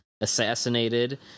assassinated